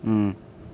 mm